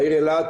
העיר אילת